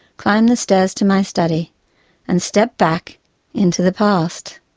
climb the stairs to my study and step back into the past.